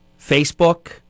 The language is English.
Facebook